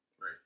Right